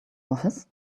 office